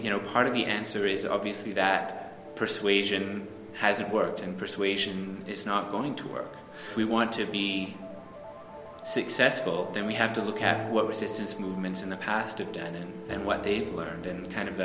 you know part of the answer is obviously that persuasion hasn't worked and persuasion is not going to work if we want to be successful then we have to look at what resistance movements in the past have done and what they've learned and kind of